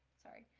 sorry,